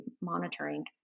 monitoring